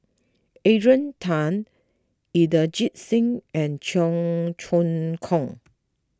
Adrian Tan Inderjit Singh and Cheong Choong Kong